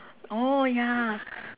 orh ya